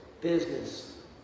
business